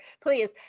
Please